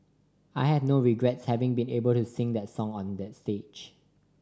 I have no regrets having been able to sing that song on that stage